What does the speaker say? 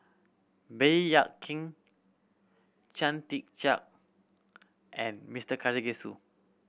Baey Yam Keng Chia Tee Chiak and Mister Karthigesu